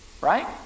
right